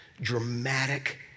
dramatic